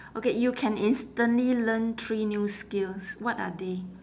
okay you can instantly learn three new skills what are they